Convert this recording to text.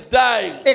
dying